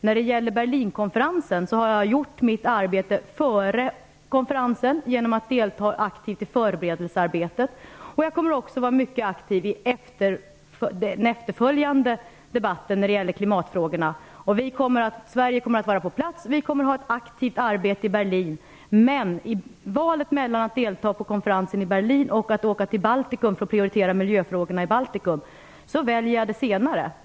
När det gäller Berlinkonferensen har jag gjort mitt arbete före konferensen genom att aktivt delta i förberedelsearbetet. Jag kommer också att vara mycket aktiv i den efterföljande debatten i klimatfrågorna. Sverige kommer att vara på plats, och vi kommer att ha ett aktivt arbete i Berlin. Men i valet mellan att delta på konferensen i Berlin och att åka till Baltikum för att prioritera miljöfrågorna där, väljer jag det senare.